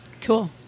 cool